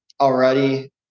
already